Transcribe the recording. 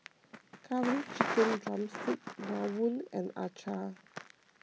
Curry Chicken Drumstick Rawon and Acar